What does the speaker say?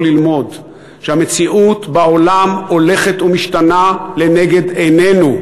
ללמוד: שהמציאות בעולם הולכת ומשתנה לנגד עינינו,